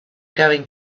going